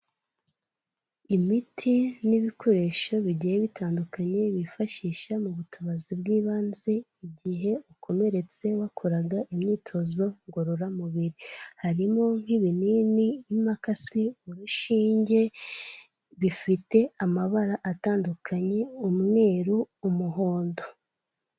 Imiti n'ibikoresho bigiye bitandukanye bifashisha mu butabazi bw'ibanze igihe ukomeretse wakoraga imyitozo ngororamubiri, harimo nk'ibinini, imakasi, urushinge, bifite amabara atandukanye: umweru, umuhondo.